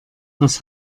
was